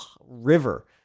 river